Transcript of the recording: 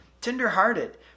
tenderhearted